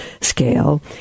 scale